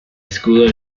escudo